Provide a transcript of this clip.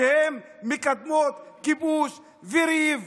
שמקדמות כיבוש וריב